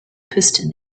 piston